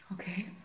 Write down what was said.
Okay